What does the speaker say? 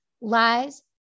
lies